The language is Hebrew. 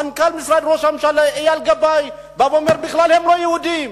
מנכ"ל משרד ראש הממשלה אייל גבאי בא ואומר: הם לא יהודים.